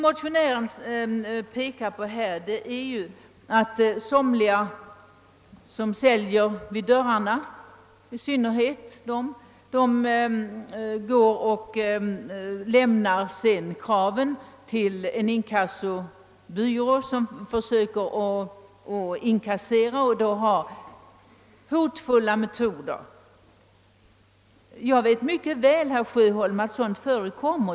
Motionären angriper framför allt per soner som säljer vid dörrarna och lämnar kraven till en inkassobyrå, som när den försöker inkassera pengarna använder hotfulla metoder. Jag vet mycket väl, herr Sjöholm, att sådant förekommer.